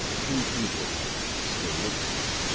two people, however, still looked at him.